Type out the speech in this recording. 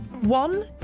One